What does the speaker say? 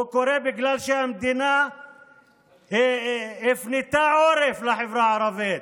הוא קורה בגלל שהמדינה הפנתה עורף לחברה הערבית,